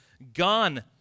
gone